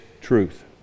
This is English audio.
truth